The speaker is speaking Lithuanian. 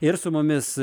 ir su mumis